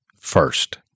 First